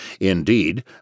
Indeed